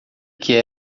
que